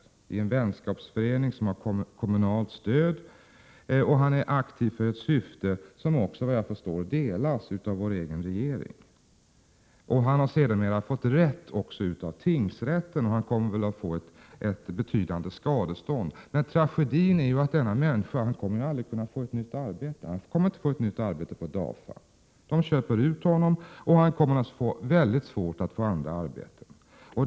Det är en vänskapsförening, som har kommunalt stöd. Han arbetar aktivt för ett syfte som, såvitt jag förstår, även vår egen regering uppskattar. Han har sedermera fått rätt i tingsrätten, och han kommer förmodligen att få ett betydande skadestånd. Men tragedin är att denna människa aldrig kommer att kunna få ett nytt arbete. Han kommer inte att få nytt arbete på DAFA. Företaget köper ut honom, och han kommer att få väldigt svårt att få något annat arbete.